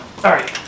sorry